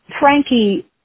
Frankie